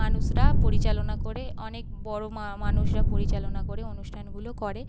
মানুষরা পরিচালনা করে অনেক বড় মানুষরা পরিচালনা করে অনুষ্ঠানগুলো করে